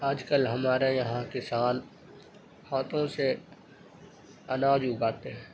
آج کل ہمارے یہاں کسان ہاتھوں سے اناج اگاتے ہیں